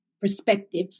perspective